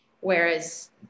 Whereas